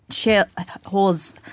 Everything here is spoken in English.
holds